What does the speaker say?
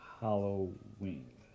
Halloween